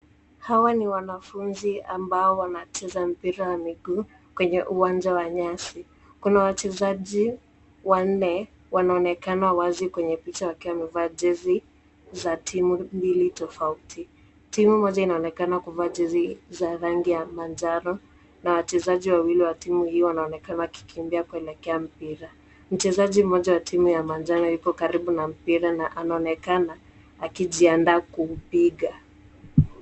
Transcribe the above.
Hawa ni wanafunzi ambao wanacheza mpira wa miguu kwenye uwanja wa nyasi. Kuna wachezaji wanne, wanaonekana wazi kwenye picha wakiwa wamevaa jezi za timu mbili tofauti. Timu moja inaonekana kuvaa jezi za rangi ya manjano na wachezaji wawili wa timu hiyo wanaonekana wakikimbia kuelekea mpira. Mchezaji mmoja wa timu ya manjano yuko karibu na mpira na anaonekana akijiandaa kuupiga.